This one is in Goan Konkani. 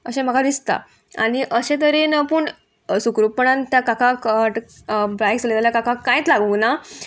अशें म्हाका दिसता आनी अशे तरेन पूण सुक्रूपणान त्या काकाक भायस केले जाल्यार काकााक कांयच लागूना